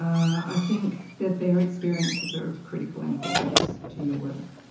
i think that their experiences are of critical importance to your work.